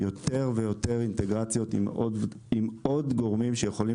יותר ויותר אינטגרציות עם עוד גורמים שיכולים